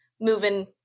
moving